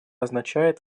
означает